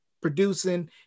producing